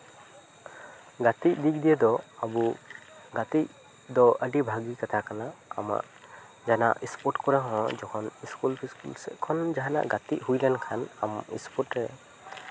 ᱜᱟᱛᱮᱜ ᱫᱤᱠ ᱫᱤᱭᱮ ᱫᱚ ᱟᱵᱚ ᱜᱟᱛᱮᱜ ᱫᱚ ᱟᱹᱰᱤ ᱵᱷᱟᱹᱜᱤ ᱠᱟᱛᱷᱟ ᱠᱟᱱᱟ ᱡᱟᱦᱟᱱᱟᱜ ᱥᱯᱳᱨᱴ ᱠᱚᱨᱮ ᱦᱚᱸ ᱡᱚᱠᱷᱚᱱ ᱥᱠᱩᱞ ᱯᱷᱤᱥᱠᱩᱞ ᱥᱮᱫ ᱠᱷᱚᱱ ᱡᱟᱦᱟᱸᱱᱟᱜ ᱜᱟᱛᱮᱜ ᱦᱩᱭ ᱞᱮᱱᱠᱷᱟᱱ ᱟᱢ ᱥᱯᱳᱨᱴ ᱨᱮ